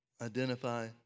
identify